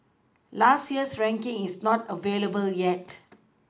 last year's ranking is not available yet